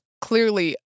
clearly